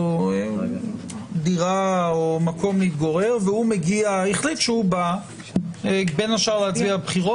להגיד איזשהו מקום שהוא לא באמת כתובת,